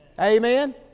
Amen